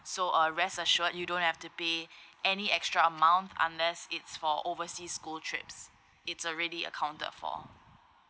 so uh rest assured you don't have to pay any extra amount unless it's for overseas school trips it's already accounted for